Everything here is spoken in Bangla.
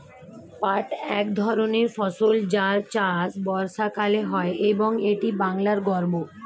পাট এক ধরনের ফসল যার চাষ বর্ষাকালে হয় এবং এটি বাংলার গর্ব